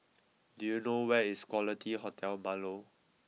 do you know where is Quality Hotel Marlow